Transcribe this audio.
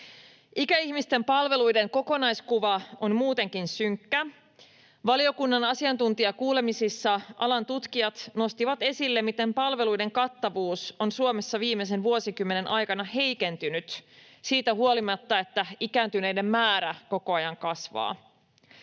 Ikäihmisten palveluiden kokonaiskuva on muutenkin synkkä. Valiokunnan asiantuntijakuulemisissa alan tutkijat nostivat esille, miten palveluiden kattavuus on Suomessa viimeisen vuosikymmenen aikana heikentynyt siitä huolimatta, että ikääntyneiden määrä koko ajan kasvaa.